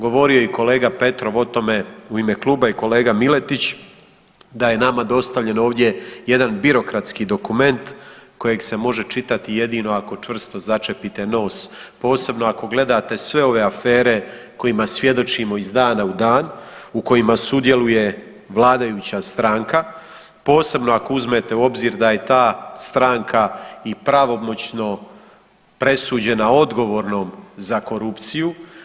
Govorio je i kolega Petrov o tome u ime kluba i kolega Miletić da je nama dostavljen ovdje jedan birokratski dokument kojeg se može čitati jedino ako čvrsto začepite nos, posebno ako gledate sve ove afere kojima svjedočimo iz dana u dan u kojima sudjeluje vladajuća stranka, posebno ako uzmete u obzir da je ta stranka i pravomoćno presuđena odgovornom za korupciju.